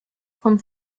von